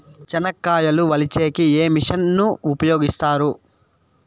చెనక్కాయలు వలచే కి ఏ మిషన్ ను ఉపయోగిస్తారు?